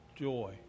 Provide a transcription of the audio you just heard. joy